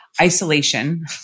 Isolation